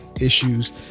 issues